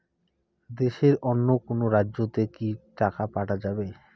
দেশের অন্য কোনো রাজ্য তে কি টাকা পাঠা যাবে?